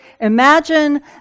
imagine